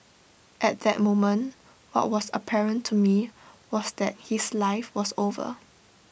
at that moment what was apparent to me was that his life was over